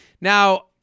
Now